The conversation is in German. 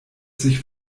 sich